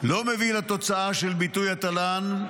לא מביא לתוצאה של ביטול התל"ן,